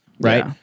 right